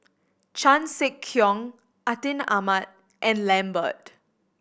Chan Sek Keong Atin Amat and Lambert